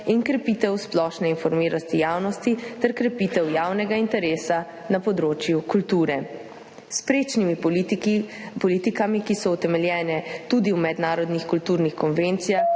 in krepitev splošne informiranosti javnosti ter krepitev javnega interesa na področju kulture. S prečnimi politikami, ki so utemeljene tudi v mednarodnih kulturnih konvencijah